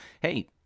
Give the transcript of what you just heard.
hey –